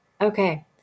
Okay